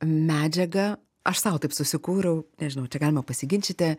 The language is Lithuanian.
medžiaga aš sau taip susikūriau nežinau čia galima pasiginčyti